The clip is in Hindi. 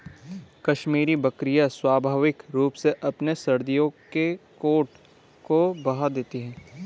कश्मीरी बकरियां स्वाभाविक रूप से अपने सर्दियों के कोट को बहा देती है